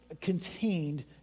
contained